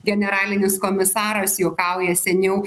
generalinis komisaras juokauja seniau